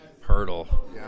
hurdle